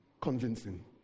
convincing